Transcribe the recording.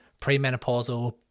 premenopausal